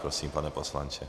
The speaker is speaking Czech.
Prosím, pane poslanče.